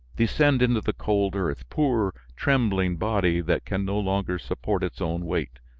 descend into the cold earth, poor trembling body that can no longer support its own weight.